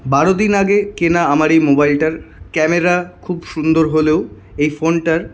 বারো দিন আগে কেনা আমার এই মোবাইলটার ক্যামেরা খুব সুন্দর হলেও এই ফোনটার